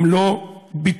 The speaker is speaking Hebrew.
אם לא ביטולם,